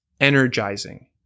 energizing